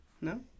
No